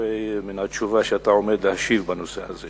הרבה מן התשובה שאתה עומד להשיב בנושא הזה,